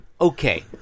Okay